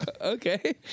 Okay